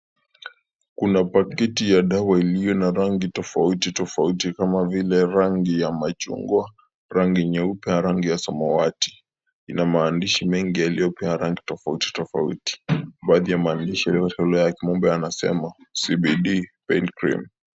Kuna pakiti ya dawa iliyo na rangi tofauti tofauti kama vile rangi ya machungwa, rangi nyeupe na rangi ya samawati ,ina maandishi mengi yaliyo na rangi tofauti tofauti , baadhi ya Maandishi yaliyo katika lugha ya kimombo yanasema CBD .